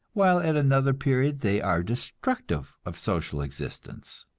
while at another period they are destructive of social existence.